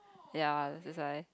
ya just like